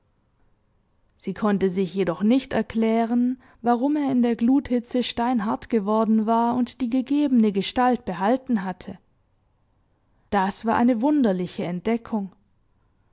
sie konnte sich jedoch nicht erklären warum er in der gluthitze steinhart geworden war und die gegebene gestalt behalten hatte das war eine wunderliche entdeckung